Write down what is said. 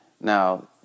Now